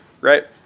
right